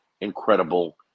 incredible